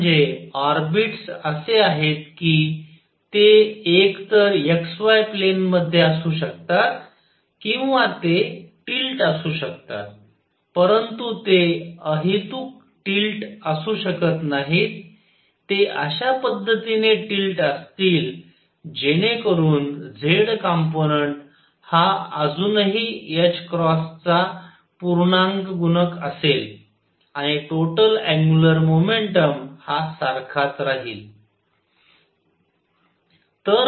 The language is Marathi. ते म्हणजे ऑर्बिटस असे आहेत की ते एकतर xy प्लेन मध्ये असू शकतात किंवा ते टिल्ट असू शकतात परंतु ते अहेतूक टिल्ट असू शकत नाहीत ते अश्या पद्धतीने टिल्ट असतील जेणेकरून z कंपोनंन्ट हा अजूनही चा पूर्णांक गुणक असेल आणि टोटल अँग्युलर मोमेंटम हा सारखाच राहील